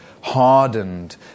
hardened